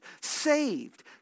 saved